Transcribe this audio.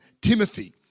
Timothy